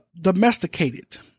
domesticated